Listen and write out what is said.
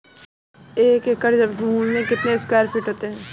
एक एकड़ भूमि में कितने स्क्वायर फिट होते हैं?